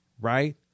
Right